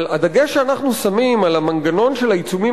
אבל הדגש שאנחנו שמים על המנגנון של העיצומים